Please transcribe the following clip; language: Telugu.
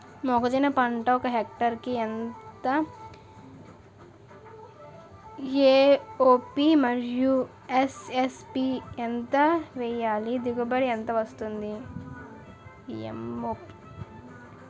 మొక్కజొన్న పంట ఒక హెక్టార్ కి ఎంత ఎం.ఓ.పి మరియు ఎస్.ఎస్.పి ఎంత వేయాలి? దిగుబడి ఎంత వస్తుంది?